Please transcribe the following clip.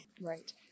Right